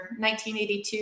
1982